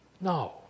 No